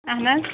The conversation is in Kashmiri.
اَہَن حظ